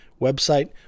Website